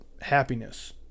happiness